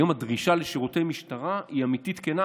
היום הדרישה לשירותי משטרה היא אמיתית וכנה.